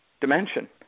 dimension